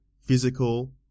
Physical